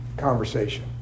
Conversation